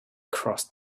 crossed